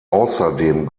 außerdem